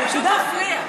מפריע.